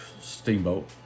Steamboat